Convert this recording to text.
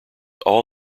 all